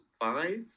five